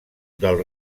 del